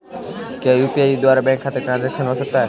क्या यू.पी.आई के द्वारा बैंक खाते में ट्रैन्ज़ैक्शन हो सकता है?